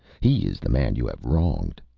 he is the man you have wronged.